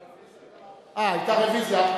לא, היתה רוויזיה.